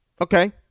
Okay